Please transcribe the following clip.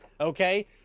okay